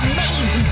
made